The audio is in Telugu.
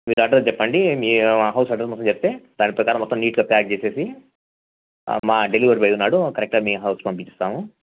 మీరు అడ్రస్ చెప్పండి మీ హౌస్ అడ్రస్ మొత్తం చెప్తే దాని ప్రకారం మొత్తం నీట్గా ప్యాక్ చేసి మా డెలివరీ బాయ్ ఉన్నాడు కరెక్ట్గా మీ హౌస్కి పంపిస్తాము